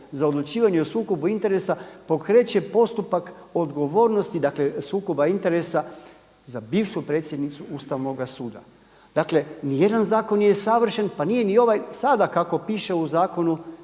za odlučivanje o sukobu interesa pokreće postupak odgovornosti sukoba interesa za bivšu predsjednicu Ustavnoga suda. Dakle nijedan zakon nije savršen pa nije ni ovaj sada kako piše u zakonu